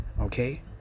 Okay